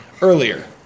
earlier